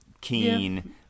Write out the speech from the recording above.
Keen